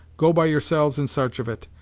go by yourselves in s'arch of it,